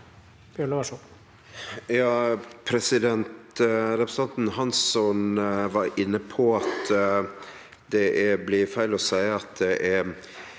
Representanten Hansson var inne på at det blir feil å seie at det er